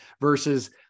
versus